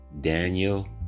Daniel